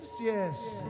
yes